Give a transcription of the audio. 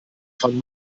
von